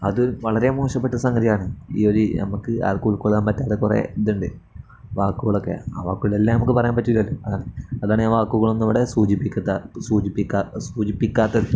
അതൊരു വളരെ മോശപ്പെട്ട സംഗതിയാണ് ഈ നമുക്ക് ആർക്കാരെ ഉൾക്കൊള്ളാൻ പറ്റാത്ത കുറേ ഇതുണ്ട് വാക്കുകളൊക്കെ ആ വാക്കുകളെല്ലാം നമുക്ക് പറയാൻ പറ്റില്ലല്ലോ അത അതാണ് വാക്കുകളൊന്നും ഇവിടെ സൂചിപ്പിക്കത്ത സൂചിപ്പിക്കാത്ത